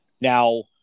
Now